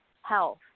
health